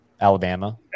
Alabama